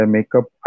Makeup